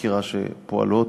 חקירה שפועלות.